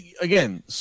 Again